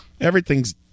Everything's